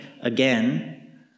again